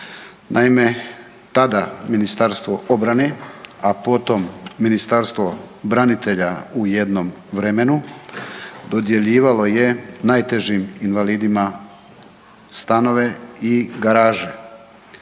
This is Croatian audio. naime, tada Ministarstvo obrane a potom Ministarstvo branitelja u jednom vremenu dodjeljivalo je najtežim invalidima stanove i garaže.